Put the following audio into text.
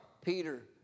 Peter